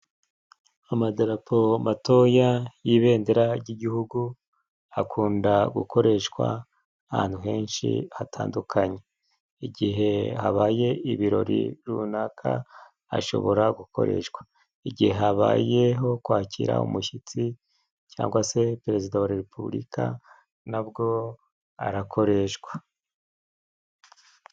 Amadarapo matoya y'ibendera ry'igihugu, akunda gukoreshwa ahantu henshi hatandukanye. Igihe habaye ibirori runaka, ashobora gukoreshwa. igihe habayeho kwakira umushyitsi cyangwa se perezida wa repubulika nabwo arakoreshwa.